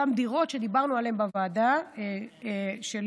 אותן דירות שדיברנו עליהן בוועדה שלי.